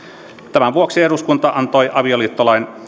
tämän vuoksi eduskunta antoi avioliittolain